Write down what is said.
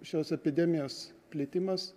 šios epidemijos plitimas